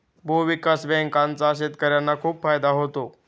भूविकास बँकांचा शेतकर्यांना खूप फायदा होतो